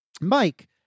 Mike